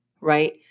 right